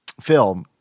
Phil